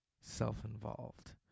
self-involved